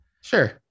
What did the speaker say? Sure